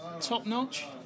top-notch